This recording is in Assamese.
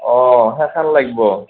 অ সেইখন লাগিব